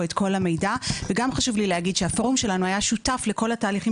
כל המידע וגם חשוב לי להגיד שהפורום שלנו היה שותף לכל התהליכים